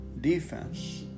defense